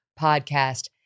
podcast